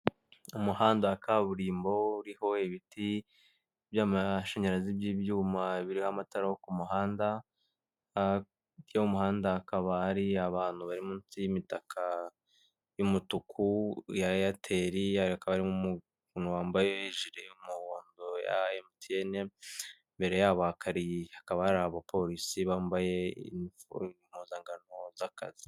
Umuhanda wa kaburimbo uriho ibiti by'amashanyarazi by'ibyuma biriho amatara yo k'umuhanda ,hafi y'uwo muhanda hakaba hari abantu bari munsi y'imitaka y'umutuku ya eyateri (aitel ) hakaba hari umuntu wambaye ijiri y'umuhondo wa emutiyene (MTN) mbere ye hakaba hari abaporisi bambaye impuzankano z'akazi.